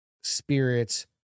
spirits